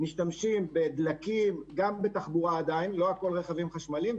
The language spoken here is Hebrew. עדיין משתמשים בדלקים בתחבורה ובתעשייה,